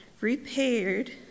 repaired